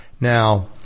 Now